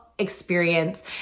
Experience